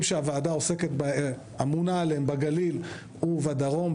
שהוועדה אמונה עליהם בגליל ובדרום,